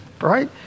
right